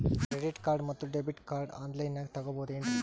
Credit card ಮತ್ತು debit card on ಲೈನಾಗ್ ತಗೋಬಹುದೇನ್ರಿ?